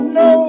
no